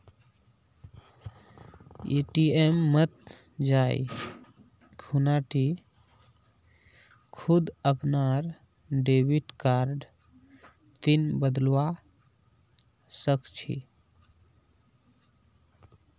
ATM मत जाइ खूना टी खुद अपनार डेबिट कार्डर पिन बदलवा सख छि